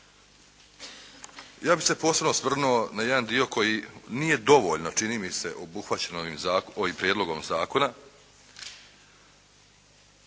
Ja bi se posebno osvrnuo na jedan dio koji nije dovoljno čini mise obuhvaćen ovim prijedlogom zakona,